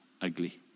ugly